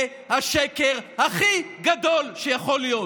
זה השקר הכי גדול שיכול להיות.